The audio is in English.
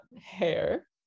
hair